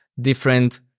different